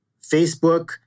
Facebook